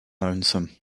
lonesome